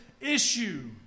issue